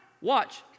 Watch